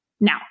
now